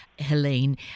Helene